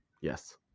Yes